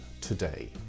today